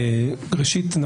ראשית,